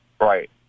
Right